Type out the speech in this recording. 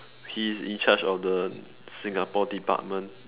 he's in charge of the Singapore department